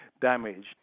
damaged